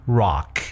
rock